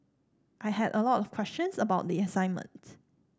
I had a lot of questions about the assignment